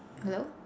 hello